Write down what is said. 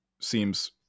seems